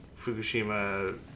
Fukushima